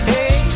Hey